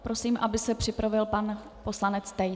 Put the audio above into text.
Prosím, aby se připravil pan poslanec Tejc.